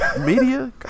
media